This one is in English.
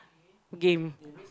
game